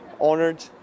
honored